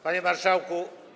Panie Marszałku!